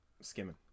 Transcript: skimming